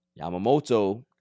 Yamamoto